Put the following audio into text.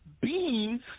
beans